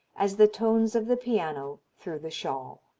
as the tones of the piano through the shawl.